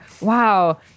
Wow